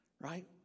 Right